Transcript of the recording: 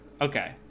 Okay